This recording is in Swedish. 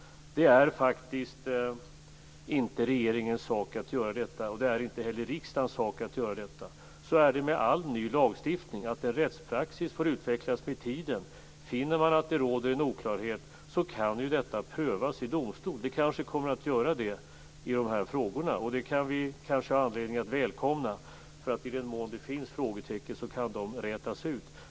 Det är faktiskt inte regeringens sak att göra detta. Det är inte heller riksdagens sak att göra detta. Det är så med all ny lagstiftning att en rättspraxis får utvecklas med tiden. Om man finner att det råder en oklarhet kan detta prövas i domstol. Det kommer kanske att ske i de här frågorna. Det har vi kanske anledning att välkomna. I den mån det finns frågetecken kan de då rätas ut.